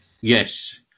Yes